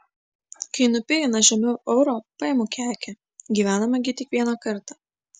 kai nupigina žemiau euro paimu kekę gyvename gi tik vieną kartą